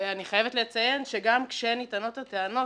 אני חייבת לציין שגם כשנטענות הטענות,